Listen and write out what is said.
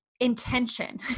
intention